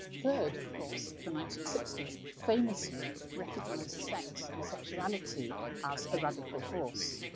third, of course, the nineteen sixty s famously recognised sex and sexuality as a radical force.